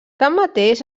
tanmateix